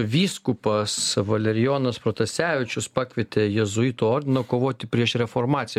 vyskupas valerijonas protasevičius pakvietė jėzuitų ordiną kovoti prieš reformaciją